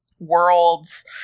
worlds